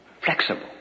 flexible